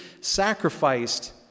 sacrificed